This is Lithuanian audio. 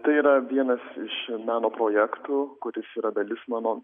tai yra vienas iš meno projektų kuris yra dalis mano